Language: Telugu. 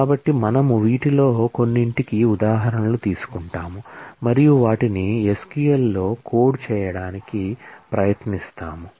కాబట్టి మనము వీటిలో కొన్నింటికి ఉదాహరణలు తీసుకుంటాము మరియు వాటిని SQL లో కోడ్ చేయడానికి ప్రయత్నిస్తాము